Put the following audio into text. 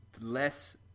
less